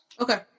Okay